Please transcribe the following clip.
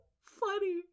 funny